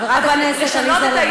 חברת הכנסת עליזה לביא.